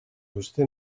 vostè